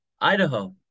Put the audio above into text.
Idaho